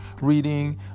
reading